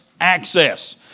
Access